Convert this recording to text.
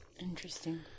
Interesting